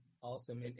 awesome